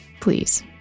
please